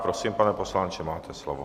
Prosím, pane poslanče, máte slovo.